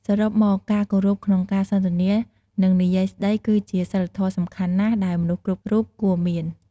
សរុបមកការគោរពក្នុងការសន្ទនានិងនិយាយស្តីគឺជាសីលធម៌សំខាន់ណាស់ដែលមនុស្សគ្រប់រូបគួរមាន។